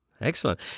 Excellent